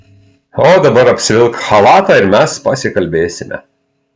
o dabar apsivilk chalatą ir mes pasikalbėsime